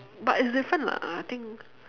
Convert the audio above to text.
but it's different lah I think